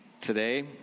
today